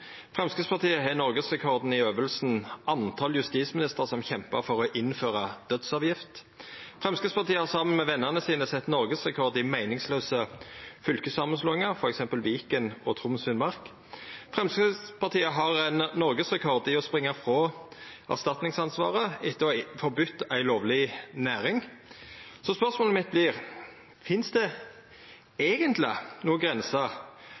antal justisministrar som har kjempa for å innføra dødsavgift. Framstegspartiet har saman med venane sine sett noregsrekord i meiningslause fylkessamanslåingar, f.eks. Viken og Troms og Finnmark. Framstegspartiet har noregsrekord i å springja frå erstatningsansvaret etter å ha forbode ei lovleg næring. Så spørsmålet mitt vert: Finst det